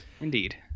Indeed